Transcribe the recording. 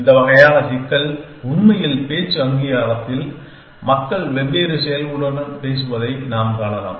இந்த வகையான சிக்கல் உண்மையில் பேச்சு அங்கீகாரத்தில் மக்கள் வெவ்வேறு செயல்களுடன் பேசுவதை நாம் காணலாம்